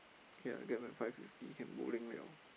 okay okay lah five fifty can bowling [liao]